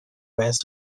west